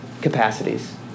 capacities